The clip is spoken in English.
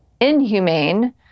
inhumane